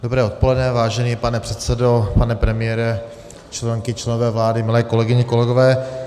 Dobré odpoledne, vážený pane předsedo, pane premiére, členky, členové vlády, milé kolegyně, kolegové.